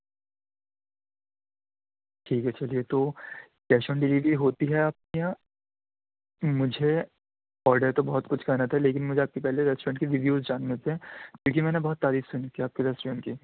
ٹھیک ہے چلیے تو کیش آن ڈیلیوری ہوتی ہے آپ کے یہاں مجھے آڈر تو بہت کچھ کرنا تھا لیکن مجھے آپ کے پہلے ریسٹورینٹ کی ریویوز جان میں تھے کیونکہ میں نے بہت تعریف سنی تھی آپ کے ریسٹورینٹ کی